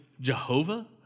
Jehovah